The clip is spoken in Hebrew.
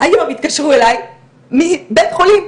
היום התקשרו אליי מבית חולים,